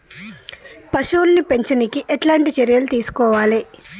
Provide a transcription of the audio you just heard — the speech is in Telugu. పశువుల్ని పెంచనీకి ఎట్లాంటి చర్యలు తీసుకోవాలే?